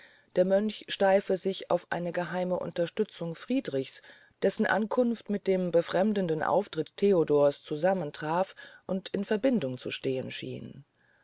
der mönch steife sich auf eine geheime unterstützung friedrichs dessen ankunft mit dem befremdenden auftritt theodors zusammentraf und in verbindung zu stehen schien